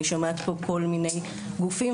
אני שומעת פה כל מיני גופים,